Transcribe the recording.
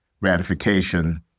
ratification